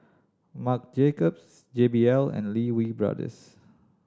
Marc Jacobs J B L and Lee Wee Brothers